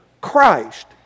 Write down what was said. Christ